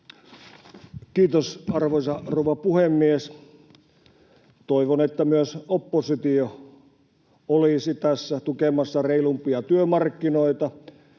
Kiitos, arvoisa rouva puhemies! Toivon, että myös oppositio olisi tässä tukemassa reilumpia työmarkkinoita